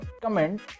comment